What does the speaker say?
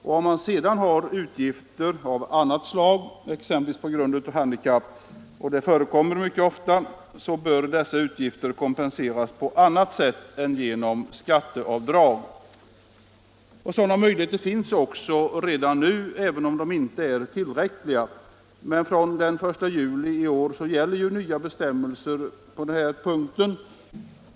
Om man har utgifter av annat slag t.ex. på grund av handikapp —- det förekommer mycket ofta — bör dessa utgifter kompenseras på annat sätt än genom skatteavdrag. Möjligheter härtill finns redan nu, även om de inte är tillräckliga. Men från den 1 juli i år gäller nya bestämmelser i detta avseende.